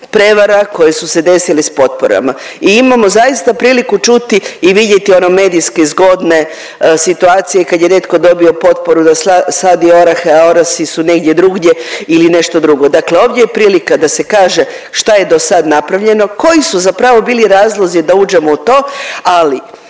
prevara koje su se desile s potporama i imamo zaista priliku čuti i vidjeti ono medijske zgodne situacije kad je netko dobio potporu da sadi orah, a orasi su negdje drugdje ili nešto drugo. Dakle ovdje je prilika da se kaže što je dosad napravljeno, koji su zapravo bili razlozi da uđemo u to? Ali